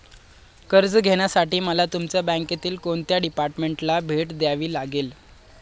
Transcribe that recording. कर्ज घेण्यासाठी मला तुमच्या बँकेतील कोणत्या डिपार्टमेंटला भेट द्यावी लागेल?